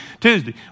Tuesday